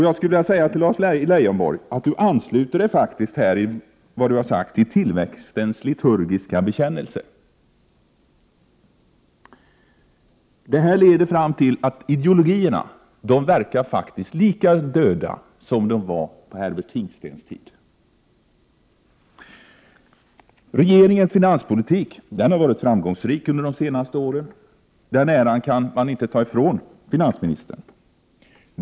Jag skulle vilja säga till Lars Leijonborg att han med det han sagt faktiskt ansluter sig till tillväxtens liturgiska bekännelse. Detta leder fram till att ideologierna verkar lika döda som de var på Herbert Tingstens tid. Regeringens finanspolitik har varit framgångsrik under de senaste åren. Den äran kan man inte ta ifrån finansministern.